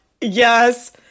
Yes